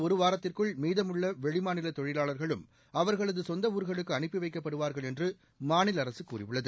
ஒருவாரத்திற்குள் மீதமுள்ள வெளிமாநில தொழிவாளா்களும் அவா்களது சொந்த அடுத்த ஊர்களுக்கு அனுப்பி வைக்கப்படுவார்கள் என்று மாநில அரசு கூறியுள்ளது